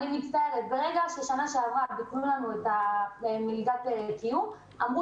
שנה שעברה ביטלו לנו את מלגת הקיום ואמרו